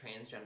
transgender